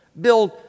build